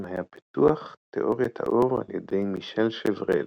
היה פיתוח תאוריית האור על ידי מישל שוורל.